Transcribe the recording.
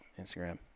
instagram